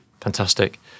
Fantastic